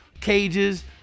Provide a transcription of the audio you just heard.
cages